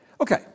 Okay